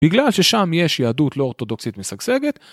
בגלל ששם יש יהדות לא אורתודוקסית משגשגת